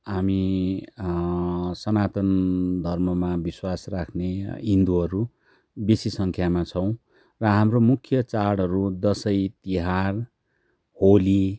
हामी सनातन धर्ममा विश्वास राख्ने हिन्दूहरू बेसी सङ्ख्यामा छौँ र हाम्रो मुख्य चाँडहरू दसैँ तिहार होली